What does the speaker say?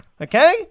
Okay